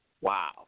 Wow